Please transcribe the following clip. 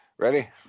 Ready